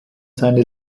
seine